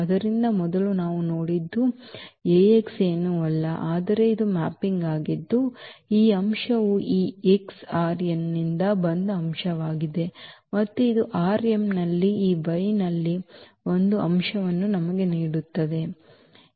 ಆದ್ದರಿಂದ ಮೊದಲು ನಾವು ನೋಡಿದ್ದು ಈ ಏನೂ ಅಲ್ಲ ಆದರೆ ಇದು ಮ್ಯಾಪಿಂಗ್ ಆಗಿದ್ದು ಈ ಅಂಶವು ಈ x R n ನಿಂದ ಬಂದ ಅಂಶವಾಗಿದೆ ಮತ್ತು ಇದು ನಲ್ಲಿ ಈ y ನಲ್ಲಿ ಒಂದು ಅಂಶವನ್ನು ನಮಗೆ ನೀಡುತ್ತಿದೆ